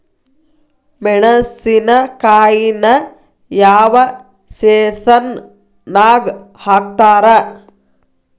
ಮೆಣಸಿನಕಾಯಿನ ಯಾವ ಸೇಸನ್ ನಾಗ್ ಹಾಕ್ತಾರ?